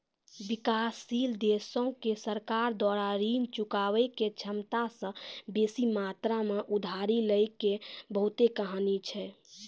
विकासशील देशो के सरकार द्वारा ऋण चुकाबै के क्षमता से बेसी मात्रा मे उधारी लै के बहुते कहानी छै